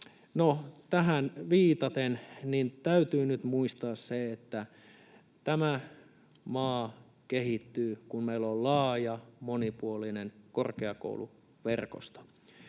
tähän viitaten: täytyy nyt muistaa, että tämä maa kehittyy, kun meillä on laaja, monipuolinen korkeakouluverkosto.